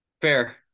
Fair